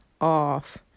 off